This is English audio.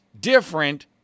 different